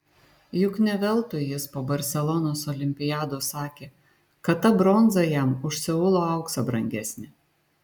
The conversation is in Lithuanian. juk ne veltui jis po barselonos olimpiados sakė kad ta bronza jam už seulo auksą brangesnė